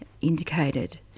indicated